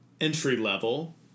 entry-level